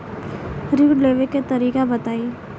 ऋण लेवे के तरीका बताई?